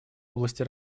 области